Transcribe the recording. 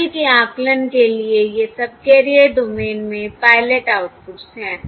channel के आकलन के लिए ये सबकैरियर डोमेन में पायलट आउटपुट्स हैं